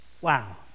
Wow